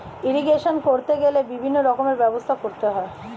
irrigation করতে গেলে বিভিন্ন রকমের ব্যবস্থা করতে হয়